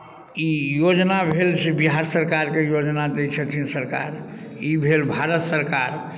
ई योजना भेल से बिहार सरकारके योजना दै छथिन सरकार ई भेल भारत सरकार